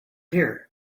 here